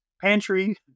pantry